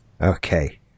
Okay